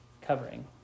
covering